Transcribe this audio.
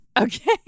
okay